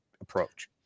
approach